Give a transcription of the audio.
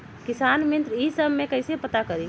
किसान मित्र ई सब मे कईसे पता करी?